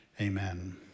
amen